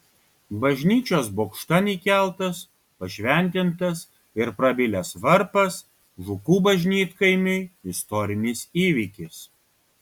bažnyčios bokštan įkeltas pašventintas ir prabilęs varpas žukų bažnytkaimiui istorinis įvykis